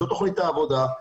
זאת תוכנית העבודה,